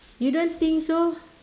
you don't think so